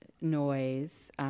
noise